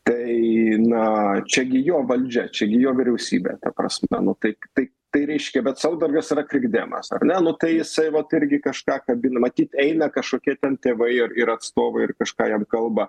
tai na čia gi jo valdžia čia gi jo vyriausybė ta prasme nu tai tai tai reiškia bet saudargas yra krikdemas ar ne nu tai jisai vat irgi kažką kabina matyt eina kažkokie ten tėvai ir ir atstovai ir kažką jam kalba